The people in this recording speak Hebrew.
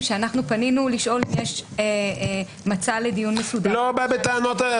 כשפנינו לשאול אם יש מצע לדיון מסודר --- לא בא בטענות על זה,